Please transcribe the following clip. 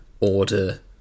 order